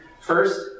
First